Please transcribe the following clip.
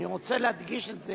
אני רוצה להדגיש את זה,